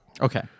Okay